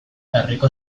herriko